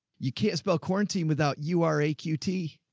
you can't spell quarantine without, you are a cutie.